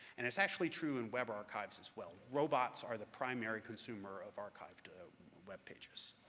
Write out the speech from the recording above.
and it's actually true in web archives, as well. robots are the primary consumer of archived web pages.